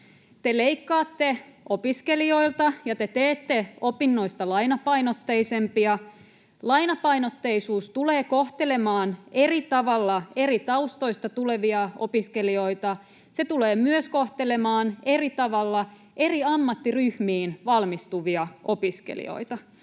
leikkaatte opiskelijoilta ja te teette opinnoista lainapainotteisempia. Lainapainotteisuus tulee kohtelemaan eri tavalla eri taustoista tulevia opiskelijoita. Se tulee myös kohtelemaan eri tavalla eri ammattiryhmiin valmistuvia opiskelijoita.